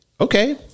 okay